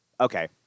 okay